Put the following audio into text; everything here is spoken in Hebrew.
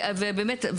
ובאמת,